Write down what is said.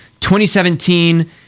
2017